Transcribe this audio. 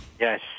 Yes